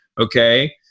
okay